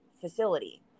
facility